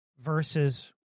versus